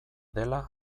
dela